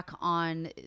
on